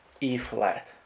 E-flat